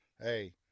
Hey